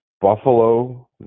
Buffalo